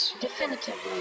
Definitively